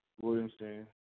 Williamson